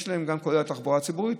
כולל תחבורה ציבורית,